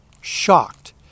shocked